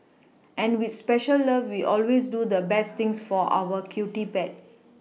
and with special love we always do the best things for our cutie pet